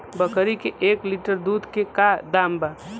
बकरी के एक लीटर दूध के का दाम बा?